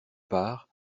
part